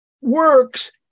works